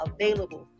available